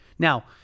Now